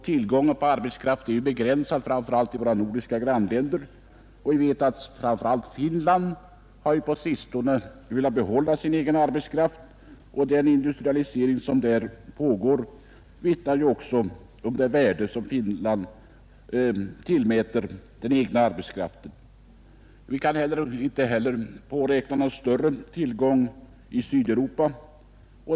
Tillgången på arbetskraft är begränsad även i våra nordiska grannländer. Framför allt Finland har på sistone velat behålla sin arbetskraft. Den industrialisering som för närvarande pågår i Finland är ett tecken på att arbetskraften där tillmäts stort värde. Vi kan inte heller räkna med någon större arbetskraftsimport från Sydeuropa.